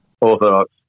Orthodox